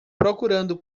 procurando